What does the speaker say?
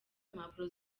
impapuro